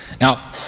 now